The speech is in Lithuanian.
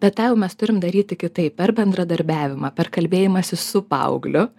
bet tą jau mes turim daryti kitaip per bendradarbiavimą per kalbėjimąsi su paaugliu